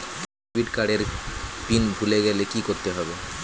Debit card এর pin ভুলে গেলে কি করতে হবে?